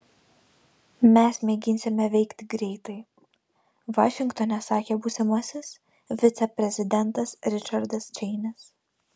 mes mėginsime veikti greitai vašingtone sakė būsimasis viceprezidentas ričardas čeinis